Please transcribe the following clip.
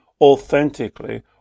authentically